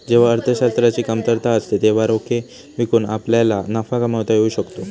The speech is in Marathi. जेव्हा अर्थशास्त्राची कमतरता असते तेव्हा रोखे विकून आपल्याला नफा कमावता येऊ शकतो